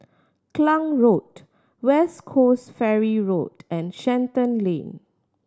Klang Road West Coast Ferry Road and Shenton Lane